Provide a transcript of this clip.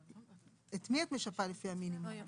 את מי את משפה לפי המינימום?